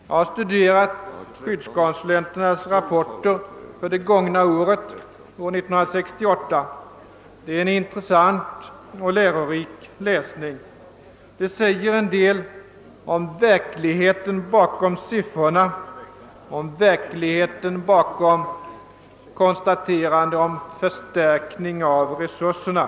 Jag har studerat skyddskonsulenternas rap porter för det gångna året, år 1968. Det är en intressant och lärorik läsning som säger en del om verkligheten bakom siffrorna, om verkligheten bakom konstaterandena om »förstärkning av resurserna».